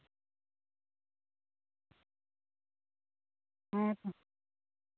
ᱦᱮᱸᱛᱚ